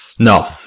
No